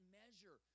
measure